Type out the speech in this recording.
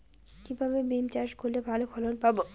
কিভাবে বিম চাষ করলে ভালো ফলন পাব?